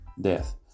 death